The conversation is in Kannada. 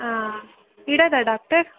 ಹಾಂ ಇಡೋದ ಡಾಕ್ಟರ್